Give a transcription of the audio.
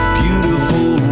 beautiful